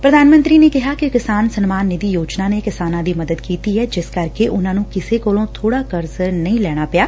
ਪੁਧਾਨ ਮੰਤਰੀ ਨੇ ਕਿਹਾ ਕਿ ਕਿਸਾਨ ਸਨਮਾਨ ਨਿਧੀ ਯੋਜਨਾ ਨੇ ਕਿਸਾਨਾਂ ਦੀ ਮਦਦ ਕੀਤੀ ਏ ਜਿਸ ਕਰਕੇ ਉਨਾਂ ਨੰ ਕਿਸੇ ਕੋਲੋਂ ਬੋੜਾ ਕਰਜ਼ ਨਹੀਂ ਲੈਣਾ ਪਿਆ